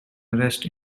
arrest